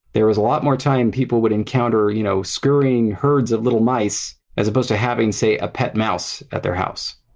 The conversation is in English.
there was a lot more time people would encounter you know scurrying herds of little mice, as opposed to having, say, a pet mouse at their house.